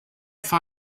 phi